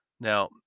Now